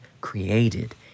created